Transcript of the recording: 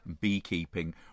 beekeeping